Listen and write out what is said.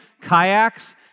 kayaks